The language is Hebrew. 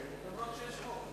אף-על-פי שיש חוק.